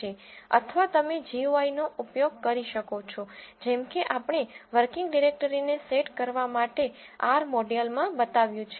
અથવા તમે જીયુઆઈ નો ઉપયોગ કરી શકો છો જેમ કે આપણે વર્કિંગ ડિરેક્ટરીને સેટ કરવા માટે R મોડ્યુલમાં બતાવ્યું છે